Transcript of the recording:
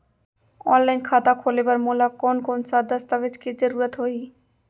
Online खाता खोले बर मोला कोन कोन स दस्तावेज के जरूरत होही?